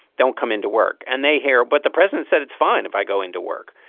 don't come into work and they hear what the president said, it's fine if i go into work.